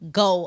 go